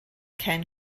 can